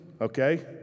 okay